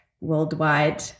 worldwide